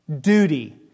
duty